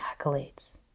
accolades